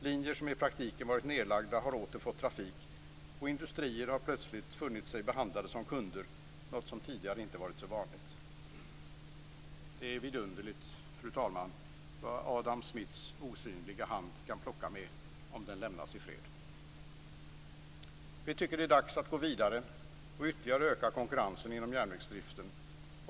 Linjer som i praktiken varit nedlagda har åter fått trafik, och industrier har plötsligt funnit sig behandlade som kunder, något som tidigare inte alltid varit så vanligt. Det är vidunderligt, fru talman, vad Adam Smiths osynliga hand kan plocka med om den lämnas i fred. Vi tycker att det är dags att gå vidare och ytterligare öka konkurrensen inom järnvägsdriften.